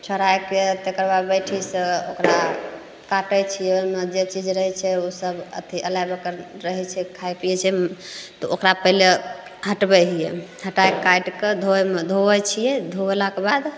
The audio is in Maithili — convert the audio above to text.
छोड़ैके तकर बाद बैठीसे तऽ ओकरा काटै छिए ओहिमे जे चीज रहै छै ओसब अथी अलग ओकर रहै छै खाइ पिए छै ने ओकरा पहिले हटबै हिए हटै काटिके घरमे धोबै छिए धोलाके बाद